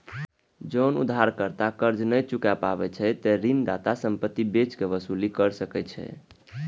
जौं उधारकर्ता कर्ज नै चुकाय पाबै छै, ते ऋणदाता संपत्ति बेच कें वसूली कैर सकै छै